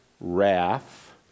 wrath